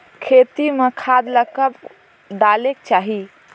खेती म खाद ला कब डालेक चाही?